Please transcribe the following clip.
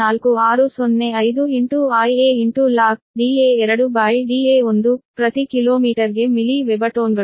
4605 Ia log Da2 Da1 ಪ್ರತಿ ಕಿಲೋಮೀಟರ್ಗೆ milli Weber ಟೋನ್ಗಳು